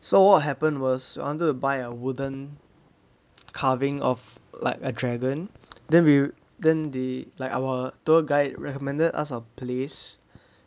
so what happened was I wanted to buy a wooden carving of like a dragon then we then they like our tour guide recommended us a place